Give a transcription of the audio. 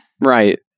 Right